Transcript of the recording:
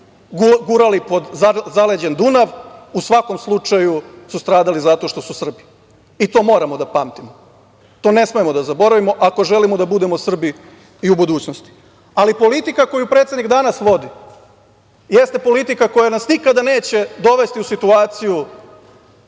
gurali pod zaleđen Dunav, u svakom slučaju su stradali zato što su Srbi i to moramo da pamtimo. To ne smemo da zaboravimo, ako želimo da budemo Srbi i u budućnosti. Ali, politika koju predsednik danas vodi jeste politika koja nas nikad neće dovesti u situaciju